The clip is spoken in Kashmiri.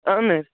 اَہَن حظ